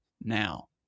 now